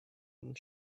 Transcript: and